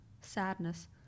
Sadness